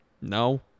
No